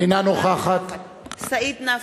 אינה נוכחת סעיד נפאע,